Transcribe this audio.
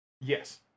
Yes